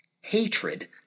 Hatred